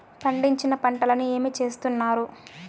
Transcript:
పండించిన పంటలని ఏమి చేస్తున్నారు?